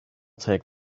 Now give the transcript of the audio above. take